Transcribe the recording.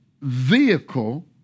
vehicle